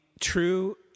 true